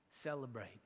celebrate